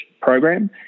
program